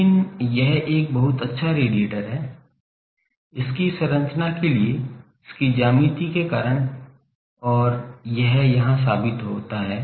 लेकिन यह एक बहुत अच्छा रेडिएटर है इसकी संरचना के कारण इसकी ज्यामिति के कारण और यह यहां साबित होता है